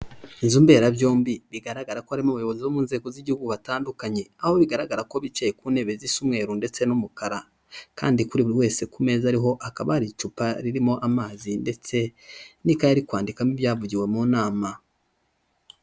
Inzu mberabyombi bigaragara ko harimo abayobozi bo mu nzego z'igihugu batandukanye, aho bigaragara ko bicaye ku ntebe zisa umweru ndetse n'umukara kandi kuri buri wese ku meza ariho hakaba hari icupa ririmo amazi ndetse n'ikayi ari kwandikamo ibyavugiwe mu nama.